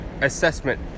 assessment